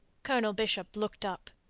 colonel bishop looked up.